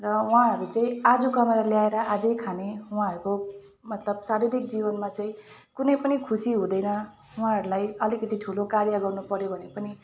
र उहाँहरू चाहिँ आज कमाएर ल्याएर आजै खाने उहाँहरूको मतलब शारीरिक जीवनमा चाहिँ कुनै पनि खुसी हुँदैन उहाँहरूलाई अलिकिति ठुलो कार्य गर्नु पऱ्यो भने पनि